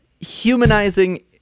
humanizing